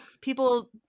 people